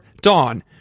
Dawn